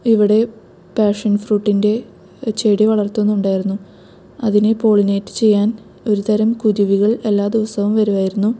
ഇവിടെ പാഷൻ ഫ്രൂട്ടിൻ്റെ ചെടി വളർത്തുന്നുണ്ടായിരുന്നു അതിനെ പോളിനേറ്റ് ചെയ്യാൻ ഒരുതരം കുരുവികൾ എല്ലാ ദിവസവും വരുവായിരുന്നു